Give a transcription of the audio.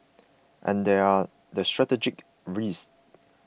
and there are the strategic risks